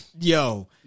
Yo